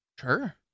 Sure